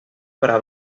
para